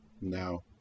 No